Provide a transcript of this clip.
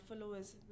followers